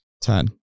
Ten